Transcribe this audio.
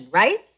right